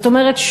זאת אומרת,